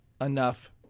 enough